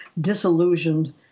disillusioned